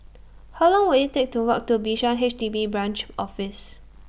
How Long Will IT Take to Walk to Bishan H D B Branch Office